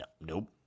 Nope